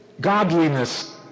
godliness